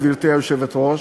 גברתי היושבת-ראש,